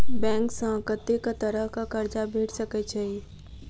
Bank सऽ कत्तेक तरह कऽ कर्जा भेट सकय छई?